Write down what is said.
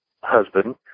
husband